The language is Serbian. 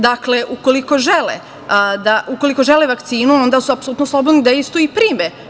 Dakle, ukoliko žele vakcinu onda su apsolutno slobodni da istu i prime.